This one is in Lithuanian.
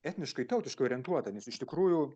etniškai tautiškai orientuota nes iš tikrųjų